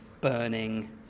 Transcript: burning